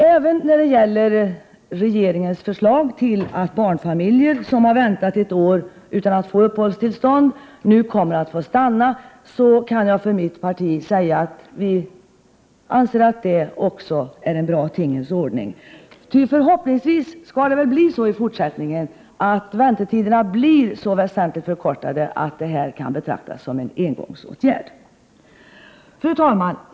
Även regeringens förslag om att barnfamiljer, som har väntat ett år utan att ha fått uppehållstillstånd, nu kommer att få stanna i Sverige anser jag och mitt parti vara en bra tingens ordning. Ty förhoppningsvis skall väl väntetiderna i fortsättningen bli så väsentligt förkortade att det här kan betraktas som en engångsåtgärd. Fru talman!